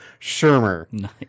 Shermer